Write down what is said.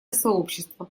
сообщество